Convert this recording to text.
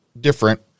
different